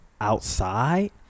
outside